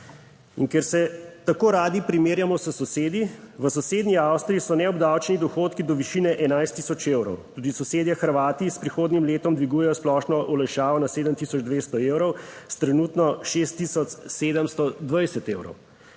ker se tako radi primerjamo s sosedi, v sosednji Avstriji so neobdavčeni dohodki do višine 11000 evrov, tudi sosedje Hrvati s prihodnjim letom dvigujejo splošno olajšavo na 7200 evrov s trenutno 6720 evrov.